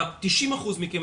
90% מהמקרים,